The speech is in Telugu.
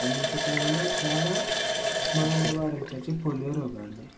పోలియో చుక్కల వల్ల చాలా మనం నివారించవచ్చు పోలియో రోగాన్ని